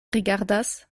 rigardas